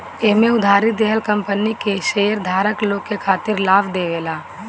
एमे उधारी देहल कंपनी के शेयरधारक लोग के खातिर लाभ देवेला